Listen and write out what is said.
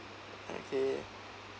okay